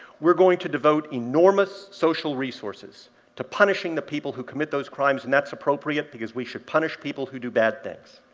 we're going to devote enormous social resources to punishing the people who commit those crimes, and that's appropriate because we should punish people who do bad things.